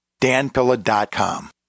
danpilla.com